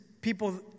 people